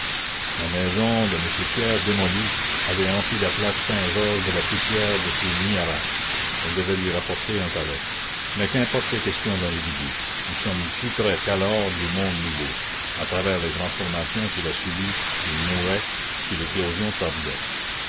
la maison de m thiers démolie avait empli la place saintgeorges de la poussière de ses nids à rats elle devait lui rapporter un palais mais qu'importent les questions d'individus nous sommes plus près qu'alors du monde nouveau à travers les transformations qu'il a subies il mourrait si l'éclosion tardait